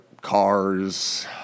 Cars